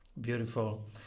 Beautiful